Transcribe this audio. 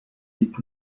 did